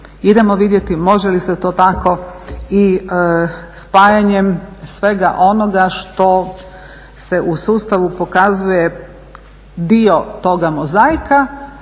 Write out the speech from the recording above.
Idemo vidjeti može li se to tako i spajanjem svega onoga što se u sustavu pokazuje dio toga mozaika